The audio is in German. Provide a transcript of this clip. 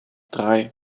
drei